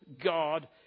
God